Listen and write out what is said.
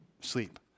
sleep